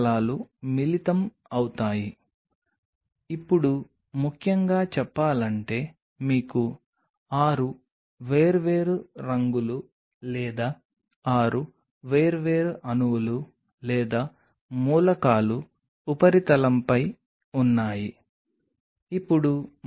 దీనితో ప్రారంభించడానికి సెల్ కల్చర్లో ఉపయోగించే వివిధ రకాల ఎక్స్ట్రాసెల్యులర్ మ్యాట్రిక్స్ గురించి మాట్లాడుతాము